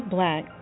Black